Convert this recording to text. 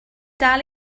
dal